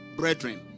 brethren